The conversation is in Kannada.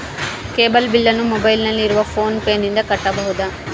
ಕೇಬಲ್ ಬಿಲ್ಲನ್ನು ಮೊಬೈಲಿನಲ್ಲಿ ಇರುವ ಫೋನ್ ಪೇನಿಂದ ಕಟ್ಟಬಹುದಾ?